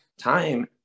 Time